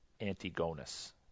Antigonus